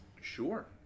Sure